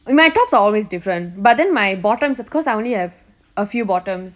my tops are always different but then my bottoms cause I only have a few bottoms